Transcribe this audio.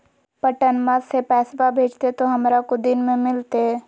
पटनमा से पैसबा भेजते तो हमारा को दिन मे मिलते?